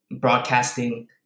broadcasting